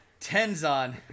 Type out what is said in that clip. Tenzon